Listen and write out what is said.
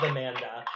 Amanda